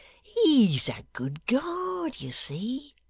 he's a good guard, you see